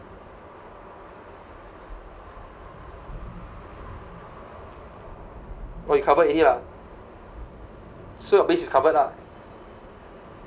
oh you covered already lah so your base is covered lah